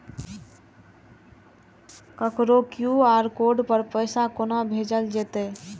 ककरो QR code पर पैसा कोना भेजल जेतै?